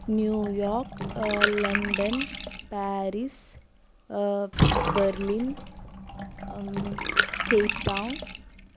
New York London Paris Berlin Cape Town